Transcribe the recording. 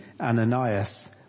Ananias